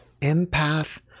empath